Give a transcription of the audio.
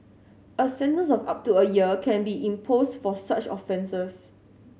a sentence of up to a year can be imposed for such offences